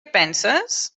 penses